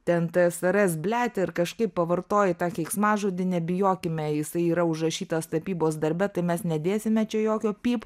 ten tas seras blet ir kažkaip pavartojai tą keiksmažodį nebijokime jisai yra užrašytas tapybos darbe tai mes nedėsime čia jokio pyp